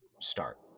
start